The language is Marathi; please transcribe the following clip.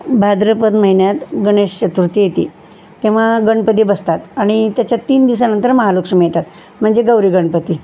भाद्रपद महिन्यात गणेश चतुर्थी येते तेव्हा गणपती बसतात आणि त्याच्या तीन दिवसानंतर महालक्ष्मी येतात म्हणजे गौरी गणपती